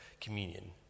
communion